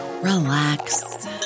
relax